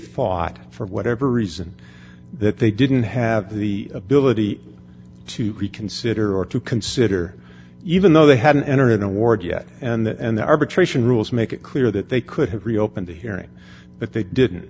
thought for whatever reason that they didn't have the ability to reconsider or to consider even though they hadn't entered an award yet and the arbitration rules make it clear that they could have reopened the hearing but they didn't